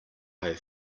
have